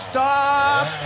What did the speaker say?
Stop